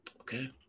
Okay